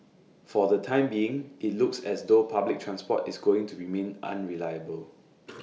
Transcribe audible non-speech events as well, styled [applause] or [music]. [noise] for the time being IT looks as though public transport is going to remain unreliable